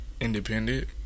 independent